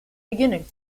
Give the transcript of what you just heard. beginning